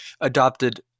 adopted